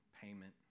payment